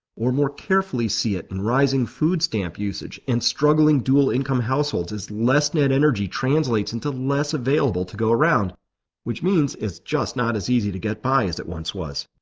or more carefully see it in rising food stamp usage and struggling dual income households as less net energy translates into less available to go around which means it's just not as easy to get by as it once was.